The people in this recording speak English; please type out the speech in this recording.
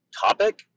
topic